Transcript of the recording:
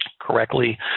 correctly